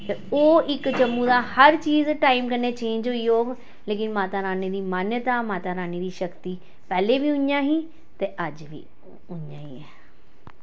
ते ओह् इक जम्मू दा हर चीज टाइम कन्नै चेंज होई होग लेकिन माता रानी दी मान्यता माता रानी दी शक्ति पैह्ले वी उआं ही ते अज्ज वी उआं ऐ